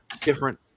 different